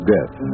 Death